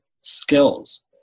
skills